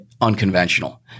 unconventional